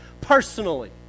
personally